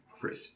Chris